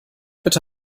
bitte